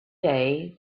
day